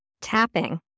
tapping